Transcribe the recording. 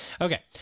Okay